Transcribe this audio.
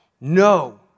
No